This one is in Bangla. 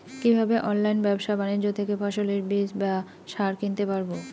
কীভাবে অনলাইন ব্যাবসা বাণিজ্য থেকে ফসলের বীজ বা সার কিনতে পারবো?